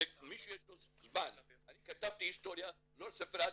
מי שיש לו זמן, אני כתבתי היסטוריה, לא ספר אחד.